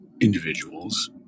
individuals